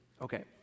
Okay